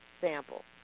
sample